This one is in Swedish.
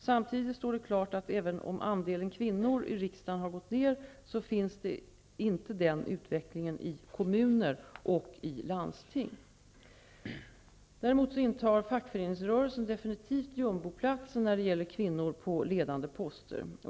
Samtidigt står det klart, att även om andelen kvinnor i riksdagen har gått ned, finns inte den utvecklingen i kommuner och landsting. Däremot intar fackföreningsrörelsen avgjort jumboplatsen när det gäller kvinnor på ledande poster.